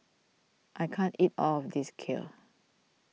I can't eat all of this Kheer